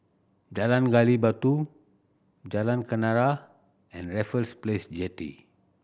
Jalan Gali Batu Jalan Kenarah and Raffles Place Jetty